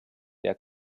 der